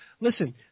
listen